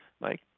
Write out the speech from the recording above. Mike